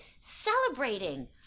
Celebrating